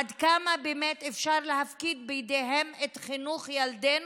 עד כמה באמת אפשר להפקיד בידיהם את חינוך ילדינו,